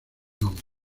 nombre